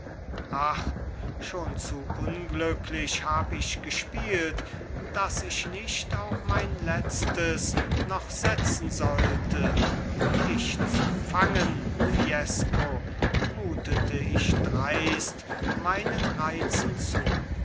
ach schon zu unglücklich hab ich gespielt daß ich nicht auch mein letztes noch setzen sollte dich zu fangen fiesco mutete ich dreist meinen reizen zu